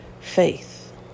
Faith